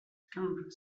camp